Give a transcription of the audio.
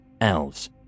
elves